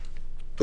אותה.